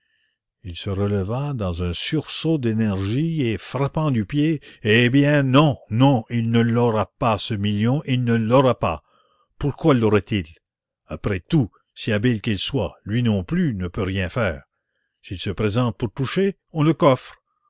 il se releva dans un sursaut d'énergie et frappant du pied eh bien non non il ne l'aura pas ce million il ne l'aura pas pourquoi l'aurait-il après tout si habile qu'il soit lui non plus ne peut rien faire s'il se présente pour toucher on le coffre